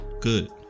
Good